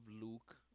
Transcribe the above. Luke